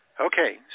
Okay